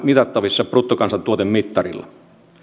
mitattavissa bruttokansantuotemittarilla